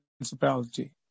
principality